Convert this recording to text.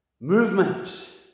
movements